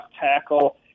tackle